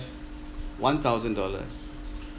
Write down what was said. one thousand dollar